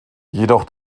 jedoch